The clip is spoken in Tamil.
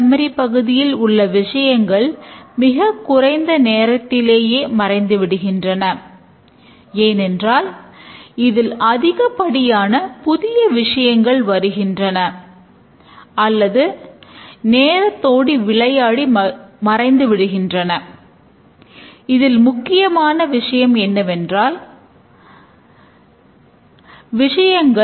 தரவுகள் செயல்கள் மற்றும் பிறவற்றிற்கு வெவ்வேறு பெயர்களை வழங்குவதற்கு நாம் வாடிக்கையாளருக்கு உகந்த சொற்களையே உபயோகிக்கிறோம்